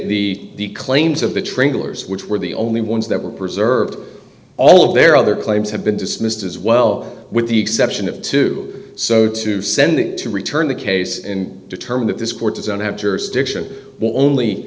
the claims of the trailers which were the only ones that were preserved all of their other claims have been dismissed as well with the exception of two so to send it to return the case and determine that this